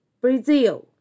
Brazil